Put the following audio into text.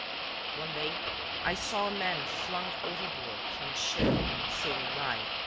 one day i saw a man flung overboard from a ship sailing by.